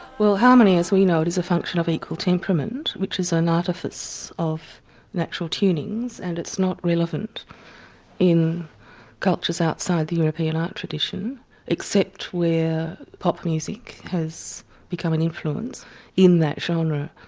well harmony as we know it is a function of equal temperament, which is an artifice of natural tunings, and it's not relevant in cultures outside the european art tradition except where pop music has become an influence in that genre.